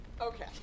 Okay